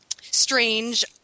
strange